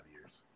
years